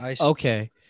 Okay